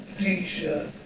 t-shirt